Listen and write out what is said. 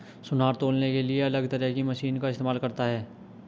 सुनार तौलने के लिए अलग तरह की मशीन का इस्तेमाल करता है